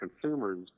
consumers